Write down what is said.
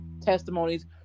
testimonies